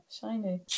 shiny